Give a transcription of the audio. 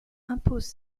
impose